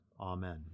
Amen